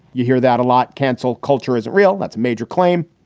you hear that a lot. cancel culture isn't real. that's a major claim.